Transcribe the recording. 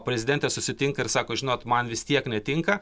prezidentė susitinka ir sako žinot man vis tiek netinka